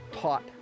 taught